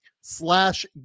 slash